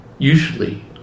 Usually